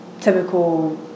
typical